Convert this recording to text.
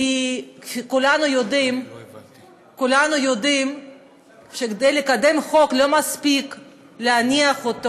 כי כולנו יודעים שכדי לקדם חוק לא מספיק להניח אותו